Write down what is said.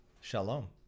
shalom